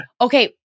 Okay